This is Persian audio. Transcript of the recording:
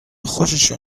خوششون